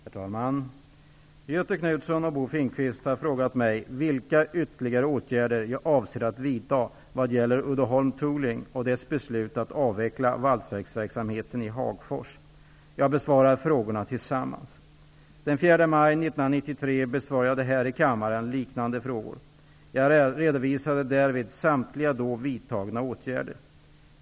Herr talman! Göthe Knutson och Bo Finnkvist har frågat mig vilka ytterligare åtgärder jag avser att vidta vad gäller Uddeholm Tooling och dess beslut att avveckla valsverksamheten i Hagfors. Jag besvarar frågorna tillsammans. Den 4 maj 1993 besvarade jag här i kammaren liknande frågor. Jag redovisade därvid samtliga då vidtagna åtgärder.